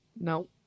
No